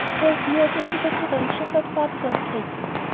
her ideas as to decoration soared far beyond katy's.